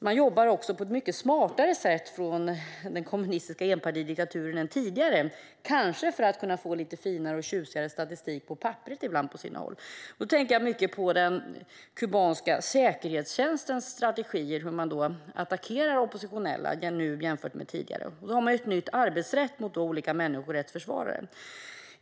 Man jobbar på ett mycket smartare sätt än tidigare från den kommunistiska enpartidiktaturens sida, kanske för att kunna få lite tjusigare statistik på papperet på sina håll. Jag tänker mycket på den kubanska säkerhetstjänstens strategier - hur man attackerar oppositionella nu jämfört med tidigare. Man har ett nytt arbetssätt mot olika människorättsförsvarare.